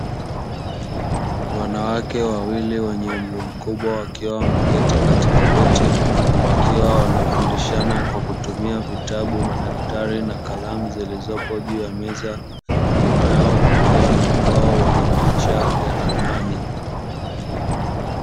Wanawake wawili wenye umri mkubwa, wakiwa wameketi katika viti. Wakiwa wanafundishana kwa kutumia vitabu, madaftari na kalamu zilizopo juu ya meza nyuma yao kukiwa na ubao wenye picha ya ramani.